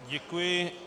Děkuji.